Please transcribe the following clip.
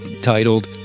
titled